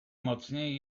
mocniej